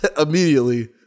Immediately